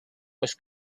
was